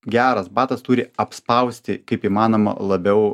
geras batas turi apspausti kaip įmanoma labiau